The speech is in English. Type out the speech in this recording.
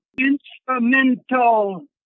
instrumental